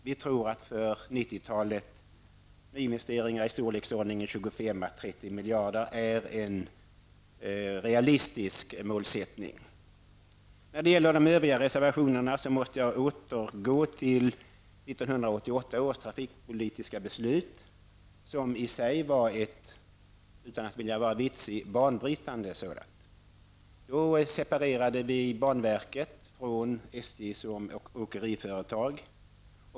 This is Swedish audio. Vi tror att en realistisk målsättning för 90-talet är nyinvesteringar i storleksordningen 25 à 30 När det gäller övriga reservationer måste jag återgå till 1988 års trafikpolitiska beslut, som jag -- utan att vilja vara vitsig -- i sig skulle vilja kalla ett banbrytande beslut. Då separerades banverket från SJ som åkeriföretag.